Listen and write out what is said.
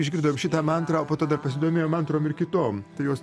išgirdom šitą mantrą o po to dar pasidomėjom mantrom ir kitom jos